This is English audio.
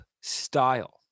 style